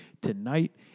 tonight